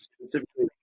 specifically